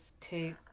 take